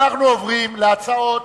אנחנו עוברים להצעת